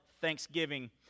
thanksgiving